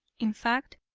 in fact,